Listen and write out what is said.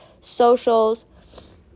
socials